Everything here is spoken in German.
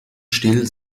stil